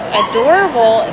adorable